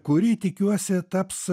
kurį tikiuosi taps